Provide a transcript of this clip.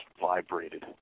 vibrated